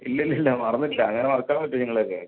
ഇല്ലിലില്ല മറന്നിട്ടില്ല അങ്ങനെ മറക്കാൻ പറ്റുവോ നിങ്ങളെയൊക്കെ